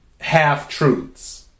half-truths